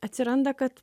atsiranda kad